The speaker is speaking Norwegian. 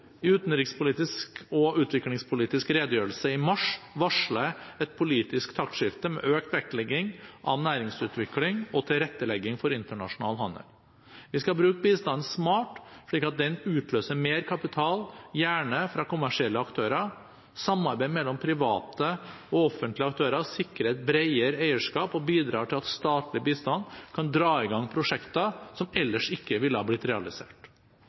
utenrikspolitisk og utviklingspolitisk redegjørelse i mars varslet jeg et politisk taktskifte med økt vektlegging av næringsutvikling og tilrettelegging for internasjonal handel. Vi skal bruke bistanden smart, slik at den utløser mer kapital, gjerne fra kommersielle aktører. Samarbeid mellom private og offentlige aktører sikrer et bredere eierskap og bidrar til at statlig bistand kan dra i gang prosjekter som ellers ikke ville ha blitt realisert.